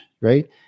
right